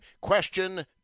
question